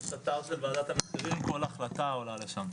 יש אתר של וועדת המחירים וכל החלטה עולה לשם.